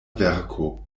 verko